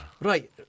Right